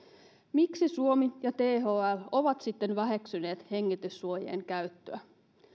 miksi suomi ja thl ovat sitten väheksyneet hengityssuojien käyttöä